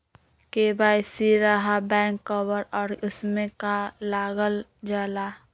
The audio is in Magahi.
के.वाई.सी रहा बैक कवर और उसमें का का लागल जाला?